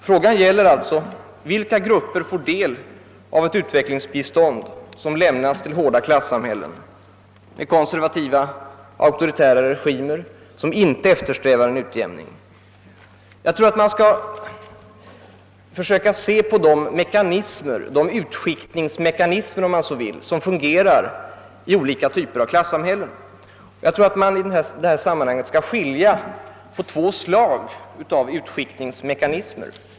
Frågan gäller alltså: Vilka grupper får del av ett utvecklingsbistånd, som lämnas till hårda klassamhällen med konservativa, auktoritära regimer som inte eftersträvar en utjämning? Jag tror att man skall försöka se på de mekanismer, de utskiktningsmekanismer om man så vill, som fungerar i olika typer av klassamhällen, och jag tror också att man i detta sammanhang bör skilja på minst två slags utskiktningsmekanismer.